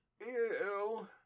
Ew